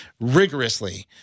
rigorously